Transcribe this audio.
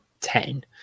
ten